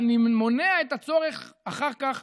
אתה מונע את הצורך אחר כך.